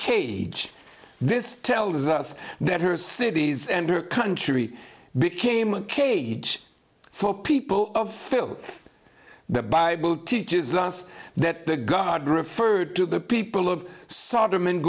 cage this tells us that her cities and her country became a cage for people of filth the bible teaches us that the god referred to the people of sodom and